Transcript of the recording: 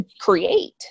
create